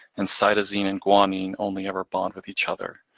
and cytosine and guanine only ever bond with each other.